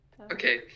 Okay